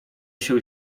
się